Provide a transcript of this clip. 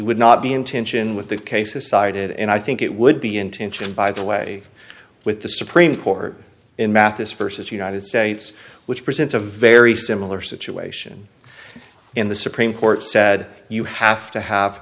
would not be in tension with the cases cited and i think it would be in tension by the way with the supreme court in mathis versus united states which presents a very similar situation in the supreme court said you have to have